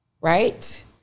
right